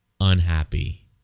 unhappy